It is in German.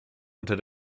unter